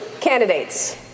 Candidates